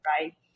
right